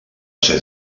ser